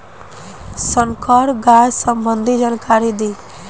संकर गाय सबंधी जानकारी दी?